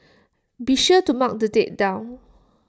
be sure to mark the date down